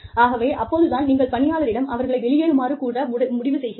ஆகவே அப்போது தான் நீங்கள் பணியாளரிடம் அவர்களை வெளியேறுமாறு கூற முடிவு செய்கிறீர்கள்